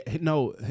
No